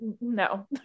no